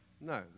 no